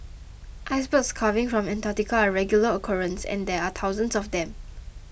icebergs calving from Antarctica are a regular occurrence and there are thousands of them